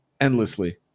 endlessly